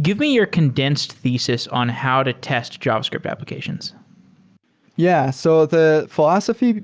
give me your condensed thesis on how to test javascript applications yeah. so the philosophy